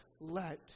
let